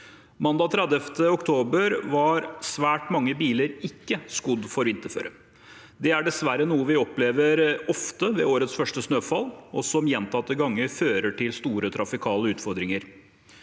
Mandag 30. oktober var svært mange biler ikke skodd for vinterføre. Dette er dessverre noe vi ofte opplever ved årets første snøfall, og som gjentatte ganger fører til store trafikale utfordringer.